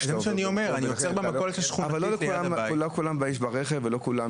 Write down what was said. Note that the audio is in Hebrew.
לא לכולם יש בתיק ולא בכל מקום אתה זמין עם חבילה.